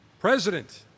President